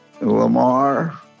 Lamar